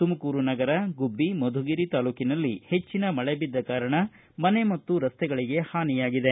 ತುಮಕೂರು ನಗರ ಗುಬ್ಬಿ ಮಧುಗಿರಿ ತಾಲೂಕಿನಲ್ಲಿ ಹೆಚ್ಚಿನ ಮಳೆಬಿದ್ದ ಕಾರಣ ಮನೆ ಮತ್ತು ರಸ್ತೆಗಳಿಗೆ ಪಾನಿಯಾಗಿದೆ